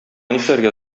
нишләргә